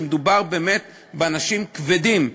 כשמדובר באמת באנשים כבדים,